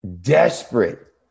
desperate